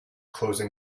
closing